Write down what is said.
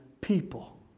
people